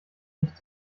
nicht